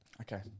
Okay